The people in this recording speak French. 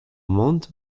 monte